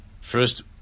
first